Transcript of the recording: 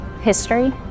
history